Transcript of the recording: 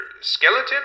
skeleton